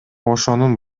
ошонун